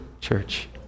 church